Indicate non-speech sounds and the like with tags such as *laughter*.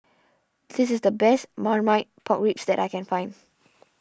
this is the best Marmite Pork Ribs that I can find *noise*